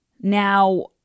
Now